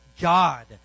God